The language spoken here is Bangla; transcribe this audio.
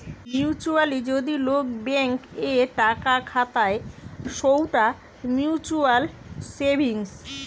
মিউচুয়ালি যদি লোক ব্যাঙ্ক এ টাকা খাতায় সৌটা মিউচুয়াল সেভিংস